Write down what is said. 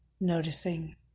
Noticing